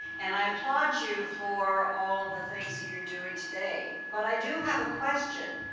and i applaud you for all the things you are doing today, but i do have a question.